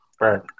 Right